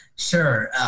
Sure